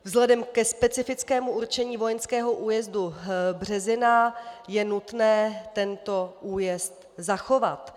Vzhledem ke specifickému určení vojenského újezdu Březina je nutné tento újezd zachovat.